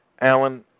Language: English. Alan